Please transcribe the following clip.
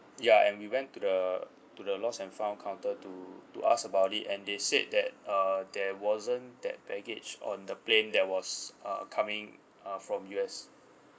ya and we went to the to the lost and found counter to to ask about it and they said that uh there wasn't that baggage on the plane that was uh coming uh from U_S